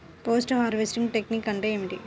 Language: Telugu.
పోస్ట్ హార్వెస్టింగ్ టెక్నిక్ అంటే ఏమిటీ?